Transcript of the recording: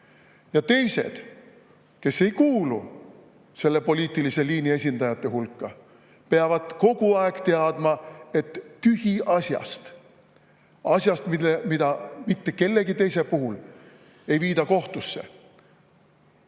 ja teised, kes ei kuulu selle poliitilise liini esindajate hulka, peavad kogu aeg teadma, et tühiasjast, asjast, mida mitte kellegi teise puhul ei viida kohtusse,